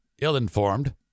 ill-informed